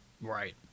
Right